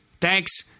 thanks